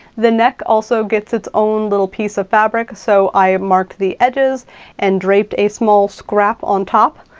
the neck also gets its own little piece of fabric. so i marked the edges and draped a small scrap on top.